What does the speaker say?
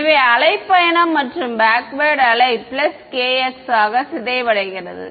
எனவே அலை பயணம் மற்றும் பேக்வேர்ட் அலை kx ஆக சிதைவடைகிறது